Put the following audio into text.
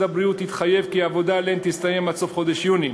הבריאות התחייב כי העבודה עליהן תסתיים עד סוף חודש יוני.